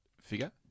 figure